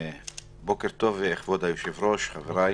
בוקר טוב, כבוד היושב-ראש, חבריי,